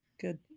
good